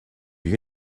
you